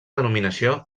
denominació